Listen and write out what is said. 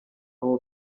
abo